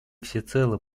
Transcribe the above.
всецело